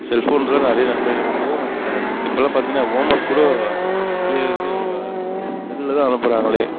செல்ஃபோனில் நிறைய நன்மைகள் இப்போலாம் பார்த்திங்கன்னா ஹோம் ஒர்க் கூட பிள்ளைகளுக்கு செல்லில் தான் அனுப்புறாங்கள்